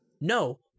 No